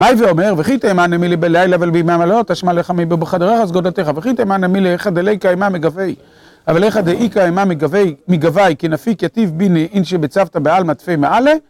מה ואומר, וכי תימה הני מילי בלילה אבל מהמלאות, תא שמע לך מבוחד ריחס גודלתך, וכי תימה הני מילי דליכא אימה מגוויה אבל היכא דאיכה אימה מגווי, כי נפיק יתיב ביני אינשי בצוות הבעל מטפי מעלה